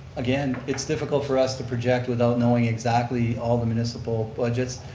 again, it's difficult for us to project without knowing exactly all the municipal budgets,